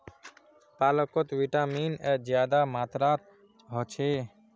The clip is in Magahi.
पालकोत विटामिन ए ज्यादा मात्रात होछे